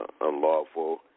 unlawful